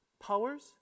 powers